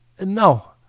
No